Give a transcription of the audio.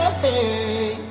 hey